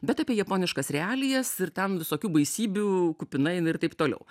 bet apie japoniškas realijas ir ten visokių baisybių kupina jinai ir taip toliau